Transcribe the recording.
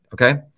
okay